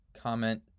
comment